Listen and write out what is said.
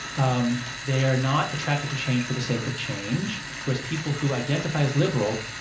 um they are not attracted to change for the sake of change, whereas people who identify as liberal,